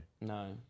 No